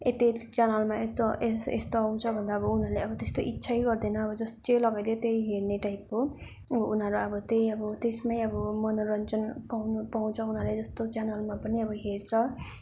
यति यति च्यानलमा यतो यस्तो आउँछ भन्दा अब उनीहरूले त्यस्तो इच्छै गर्दैन जस्ट जे लगाइदियो त्यही हेर्ने टाइपको उ उनीहरू अब त्यही अब त्यसमै अब मनोरञ्जन पाउने पाउँछ उनीहरूले जस्तो च्यानलमा पनि अब हेर्छ